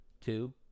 two